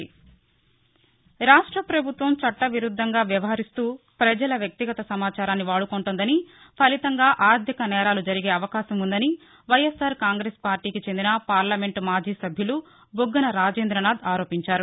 ఆంధ్రప్రదేశ్ రాష్ట్ర ప్రభుత్వం చట్ట విరుద్దంగా వ్యవహరిస్తూ ప్రజల వ్యక్తిగత సమాచారాన్ని వాడుకుంటోందని ఫలితంగా ఆర్గిక నేరాలు జరిగే అవకాశం ఉందని వైఎస్ఆర్ కాంగ్రెస్ పార్లీకి చెందిన పార్లమెంట్ మాజీసభ్యుడు బుగ్గన రాజేంద్రనాద్ ఆరోపించారు